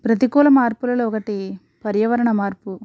ప్రతికూల మార్పులలో ఒకటి పర్యావరణ మార్పు